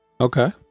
Okay